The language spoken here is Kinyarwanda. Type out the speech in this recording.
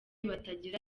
batagira